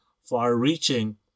far-reaching